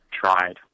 tried